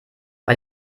bei